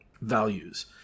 values